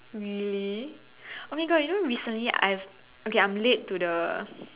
really oh my God you know recent I have okay I'm late to the